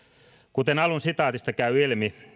kuten alun sitaatista käy ilmi